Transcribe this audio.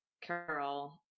Carol